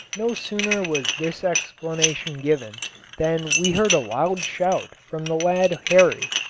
no sooner was this explanation given than we heard a loud shout from the lad horry,